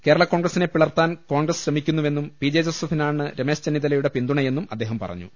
കേരളാ കോൺഗ്രസിനെ പിളർത്താൻ കോൺഗ്രസ് ശ്രമിക്കുന്നുവെന്നും പി ജെ ജോസഫിനാണ് രമേശ് ചെന്നിത്തല യുടെ പിന്തുണയെന്നും അദ്ദേഹം പറഞ്ഞു